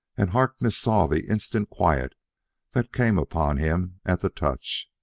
and harkness saw the instant quiet that came upon him at the touch.